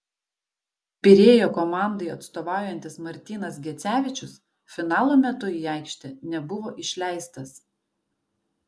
pirėjo komandai atstovaujantis martynas gecevičius finalo metu į aikštę nebuvo išleistas